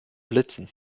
blitzen